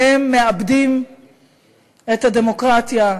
הם מאבדים את הדמוקרטיה,